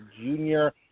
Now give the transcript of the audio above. junior